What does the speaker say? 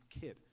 kid